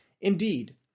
Indeed